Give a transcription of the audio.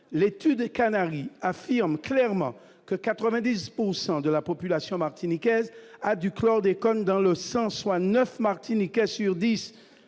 l'étude des Canaries affirme clairement que 90 pourcent de la population martiniquaise a du chlordécone dans le sang, soit 9 martiniquais sur 10